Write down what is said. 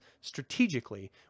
strategically